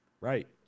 Right